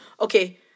okay